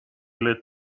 lit